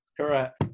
Correct